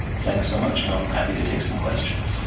thank so much. and i'm happy to take some questions.